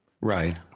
Right